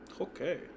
Okay